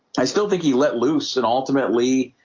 i still think he let loose and ultimately